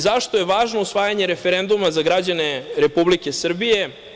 Zašto je važno usvajanje referenduma za građane Republike Srbije?